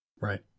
Right